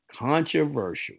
controversial